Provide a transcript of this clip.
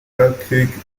weltkrieg